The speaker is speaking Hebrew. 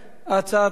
הצעת החוק